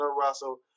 Russell